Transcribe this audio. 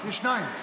יש שניים.